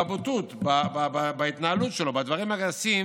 בבוטות, בהתנהלות שלו, בדברים הגסים